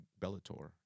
Bellator